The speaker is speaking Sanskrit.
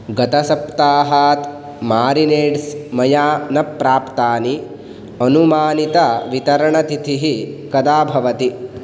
गतसप्ताहात् मारिनेड्स् मया न प्राप्तानि अनुमानितवितरणतिथिः कदा भवति